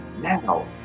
Now